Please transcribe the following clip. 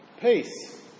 Peace